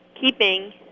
keeping